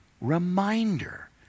reminder